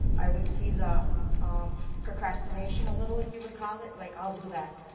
i would see the um procrastination a little bit, if you would call it, like i'll do that,